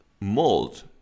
mold